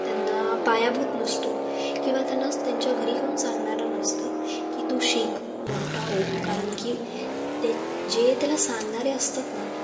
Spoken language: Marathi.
त्यांना पायाभूत नसतो किंवा त्यांना त्यांच्या घरी कोण सांगणारं नसतं की तू शिक मोठा हो कारण की ते जे त्याला सांगणारे असतात ना